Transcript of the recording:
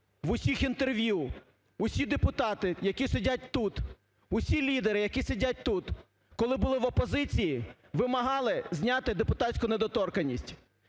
всіх інтерв'ю усі депутати, які сидять тут, усі лідери, які сидять тут, коли були в опозиції, вимагали зняти депутатську недоторканність.